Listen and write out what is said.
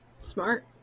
Smart